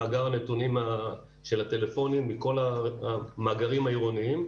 מאגר הנתונים של הטלפונים מכל המאגרים העירוניים,